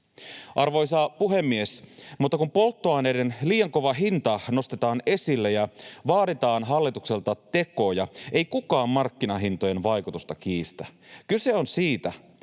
Arvoisa puhemies! Mutta kun polttoaineiden liian kova hinta nostetaan esille ja vaaditaan hallitukselta tekoja, ei kukaan markkinahintojen vaikutusta kiistä. Kyse on siitä,